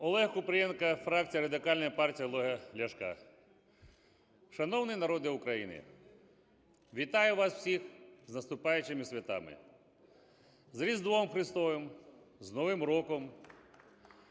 Олег Купрієнко, фракція Радикальної партії Олега Ляшка. Шановний народе України, вітаю вас всіх з наступаючими святами: з Різдвом Христовим, з Новим роком!